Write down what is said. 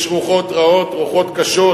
יש רוחות רעות, רוחות קשות,